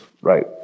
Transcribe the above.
Right